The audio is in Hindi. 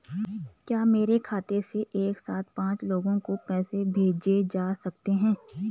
क्या मेरे खाते से एक साथ पांच लोगों को पैसे भेजे जा सकते हैं?